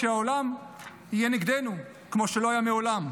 ושהעולם יהיה נגדנו כמו שלא היה מעולם,